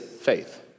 faith